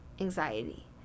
anxiety